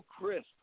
Crisp